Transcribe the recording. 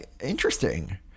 Interesting